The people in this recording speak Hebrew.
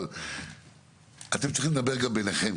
אבל, אתם צריכים לדבר גם ביניכם.